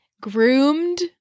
Groomed